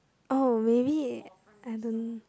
oh maybe I don't